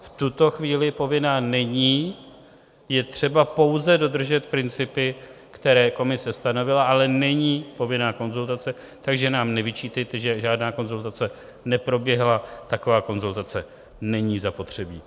V tuto chvíli povinná není, je třeba pouze dodržet principy, které Komise stanovila, ale není povinná konzultace, takže nám nevyčítejte, že žádná konzultace neproběhla, taková konzultace není zapotřebí.